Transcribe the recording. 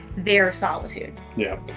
their solitude. yeah.